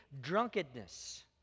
drunkenness